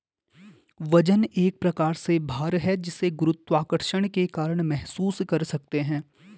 वजन एक प्रकार से भार है जिसे गुरुत्वाकर्षण के कारण महसूस कर सकते है